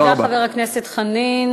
תודה, חבר הכנסת חנין.